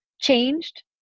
changed